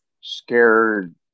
scared